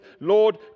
Lord